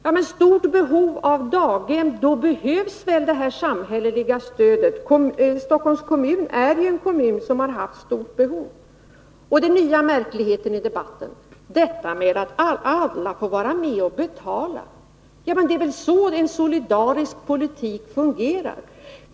Ja, men om de haft stort behov av daghem, så behövs väl det här samhälleliga stödet, och Stockholm är en kommun som haft ett sådant stort behov. Och så den nya märkligheten i debatten — detta med att alla får vara med om att betala! Ja, men det är väl så en solidarisk politik fungerar.